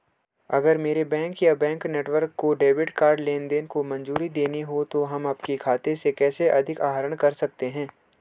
अगर मेरे बैंक या बैंक नेटवर्क को डेबिट कार्ड लेनदेन को मंजूरी देनी है तो हम आपके खाते से कैसे अधिक आहरण कर सकते हैं?